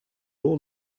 all